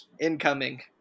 incoming